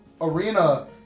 arena